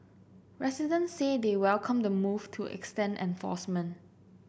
residents say they welcome the move to extend enforcement